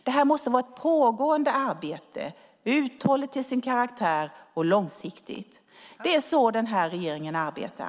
Det här måste vara ett pågående arbete, uthålligt till sin karaktär och långsiktigt. Det är så den här regeringen arbetar.